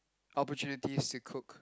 opportunities to cook